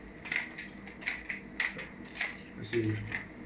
I see